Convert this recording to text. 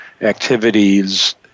activities